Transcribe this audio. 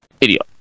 Idiot